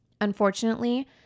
Unfortunately